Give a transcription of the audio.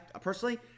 personally